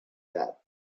that